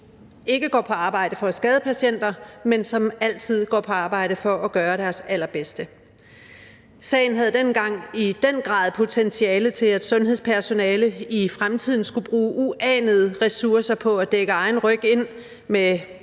ikke går på arbejde for at skade patienter, men som altid går på arbejde for at gøre deres allerbedste. Sagen havde dengang i den grad potentiale til, at sundhedspersonale i fremtiden skulle bruge uanede ressourcer på at dække egen ryg ind med